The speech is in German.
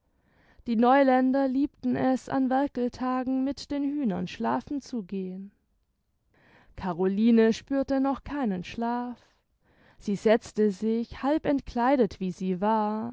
die neuländer liebten es an werkeltagen mit den hühnern schlafen zu gehen caroline spürte noch keinen schlaf sie setzte sich halb entkleidet wie sie war